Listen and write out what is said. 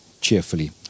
cheerfully